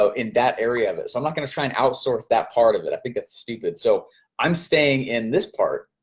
so in that area of it, so i'm not gonna try and outsource that part of it. i think that's stupid. so i'm staying in this part,